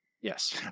Yes